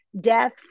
death